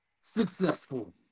successful